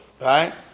Right